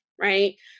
Right